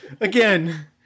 Again